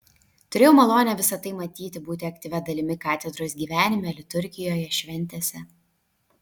turėjau malonę visa tai matyti būti aktyvia dalimi katedros gyvenime liturgijoje šventėse